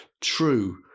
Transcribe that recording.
true